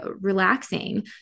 relaxing